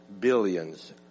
billions